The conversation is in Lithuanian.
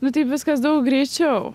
nu taip viskas daug greičiau